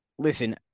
Listen